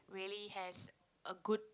really has a good